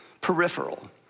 peripheral